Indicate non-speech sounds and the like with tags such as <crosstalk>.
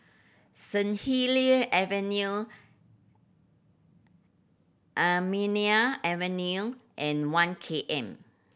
Saint Helier Avenue <unintelligible> Avenue and One K M